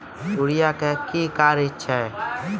Urea का क्या कार्य हैं?